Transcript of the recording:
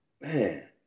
man